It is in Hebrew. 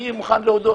אני מוכן להודות,